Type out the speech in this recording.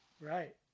right